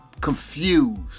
confused